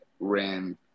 Ran